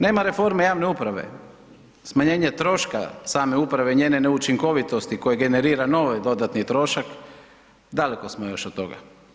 Nema reforme javne uprave, smanjenje troška same uprave i njene neučinkovitosti koje generira novi dodatni trošak, daleko smo još od toga.